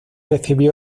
recibió